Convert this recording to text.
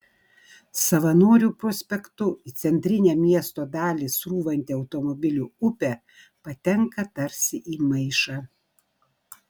savanorių prospektu į centrinę miesto dalį srūvanti automobilių upė patenka tarsi į maišą